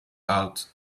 out